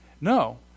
No